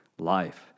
Life